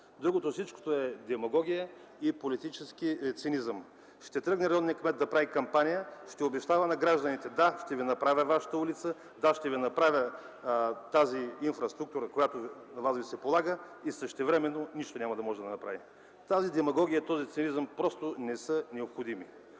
кмет. Всичко друго е демагогия и политически цинизъм. Ще тръгне районният кмет да прави кампания, ще обещава на гражданите: „Да, ще направя вашата улица, ще ви направя тази инфраструктура, която ви се полага”, но същевременно няма да може да направи нищо. Тази демагогия и този цинизъм не са необходими.